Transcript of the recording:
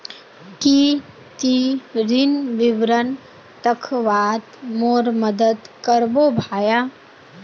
की ती ऋण विवरण दखवात मोर मदद करबो भाया